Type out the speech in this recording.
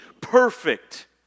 perfect